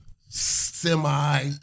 Semi